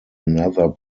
another